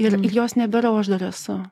ir ir jos nebėra o aš dar esu